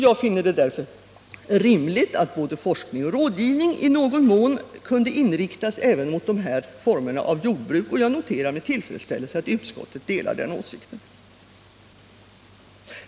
Jag finner det därför rimligt att både forskning och rådgivning i någon mån kunde inriktas även mot dessa former av jordbruk, och noterar med tillfredsställelse att utskottet delar den åsikten.